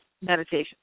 meditation